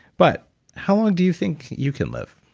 but how long do you think you can live?